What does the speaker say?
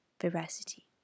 veracity